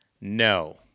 No